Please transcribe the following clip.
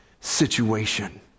situation